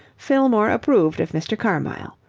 fillmore approved of mr. carmyle.